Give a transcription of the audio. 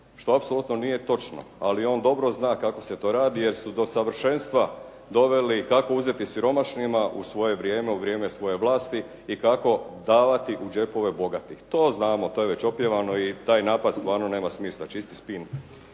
što apsolutno nije točno, ali on dobro zna kako se to radi jer su do savršenstva doveli i kako uzeti siromašnima u svoje vrijeme, u vrijeme svoje vlasti i kako davati u džepove bogatih. To znamo, to je već opjevano i taj napad stvarno nema smisla. Čisti spin.